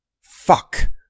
fuck